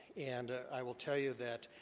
and i will tell you that